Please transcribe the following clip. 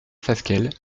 fasquelle